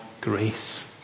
grace